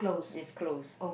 is closed